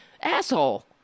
asshole